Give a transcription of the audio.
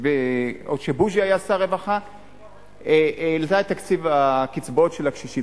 עוד כשבוז'י היה שר רווחה העלתה את תקציב הקצבאות של הקשישים.